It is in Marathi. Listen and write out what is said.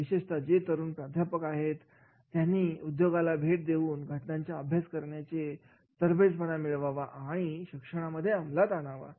विशेषता जे तरुण प्राध्यापक आहेत त्यांनी उद्योगांना भेट देऊन घटनांचे अभ्यास तयार करण्यामध्ये तरबेजपणा मिळवावा आणि शिक्षणामध्ये अमलात आणावे